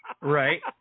right